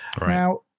Now